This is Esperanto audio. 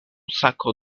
sako